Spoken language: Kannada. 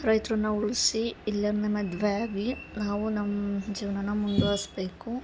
ರೈತ್ರುನ ಉಳ್ಸಿ ಇಲ್ಲಿವ್ರ್ನೆ ಮದ್ವೆ ಆಗಿ ನಾವು ನಮ್ಮ ಜೀವನನ ಮುಂದ್ವರ್ಸ್ಬೇಕು